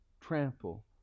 trample